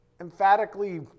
emphatically